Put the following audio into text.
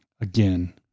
Again